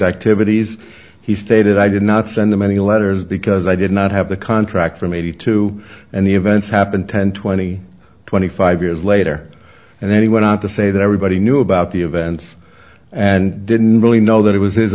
activities he stated i did not send them any letters because i did not have the contract for maybe two and the events happened ten twenty twenty five years later and then he went on to say that everybody knew about the events and didn't really know that it was his